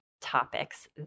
topics